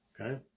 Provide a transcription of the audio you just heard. okay